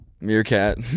meerkat